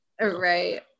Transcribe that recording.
right